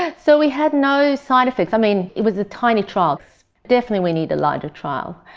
ah so we had no side-effects. i mean, it was a tiny trial. definitely we need a larger trial.